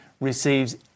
receives